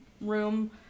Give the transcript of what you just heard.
room